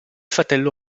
fratello